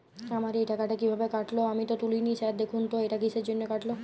আমার এই টাকাটা কীভাবে কাটল আমি তো তুলিনি স্যার দেখুন তো এটা কিসের জন্য কাটল?